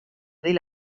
del